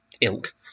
ilk